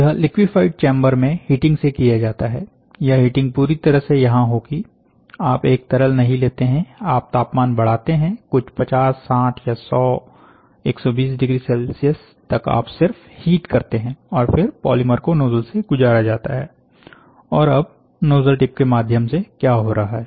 यह liquefied chamber में heating से किया जाता है यह हिटिंग पूरी तरह से यहां होगी आप एक तरल नहीं लेते हैं आप तापमान बढ़ाते हैं कुछ 50 60 या 100 120 डिग्री सेल्सियस तक आप सिर्फ हीट करते हैं और फिर पॉलीमर को नोजल से गुजारा जाता है और अब नोजल टिप के माध्यम से क्या हो रहा है